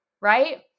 right